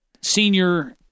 senior